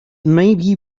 maybe